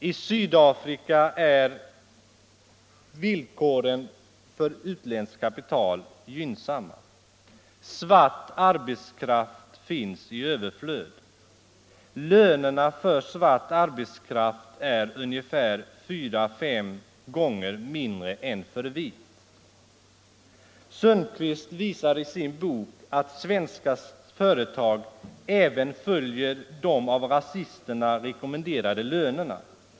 I Sydafrika är villkoren för utländskt kapital gynnsamma. Svart arbetskraft finns i överflöd. Lönerna för svart arbetskraft är ungefär fyra fem gånger mindre än för vit. Sundqvist visar i sin bok att svenska företag även följer de av rasisterna rekommenderade lönerna.